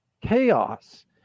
chaos